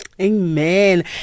Amen